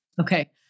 Okay